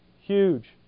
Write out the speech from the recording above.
Huge